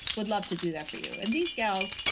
would love to do that for you. and these gals,